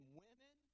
women